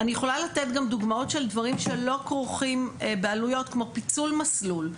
אני יכולה לתת גם דוגמאות של דברים שלא כרוכים בעלויות כמו פיצול מסלול,